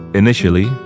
Initially